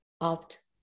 opt